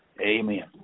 Amen